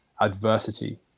adversity